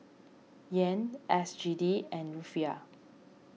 Yen S G D and Rufiyaa